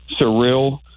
surreal